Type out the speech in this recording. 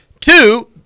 Two